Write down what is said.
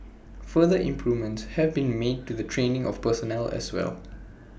further improvements have been made to the training of personnel as well